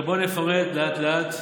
עכשיו בואו נפרט לאט-לאט.